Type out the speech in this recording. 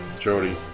Jody